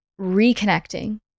reconnecting